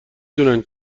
دونن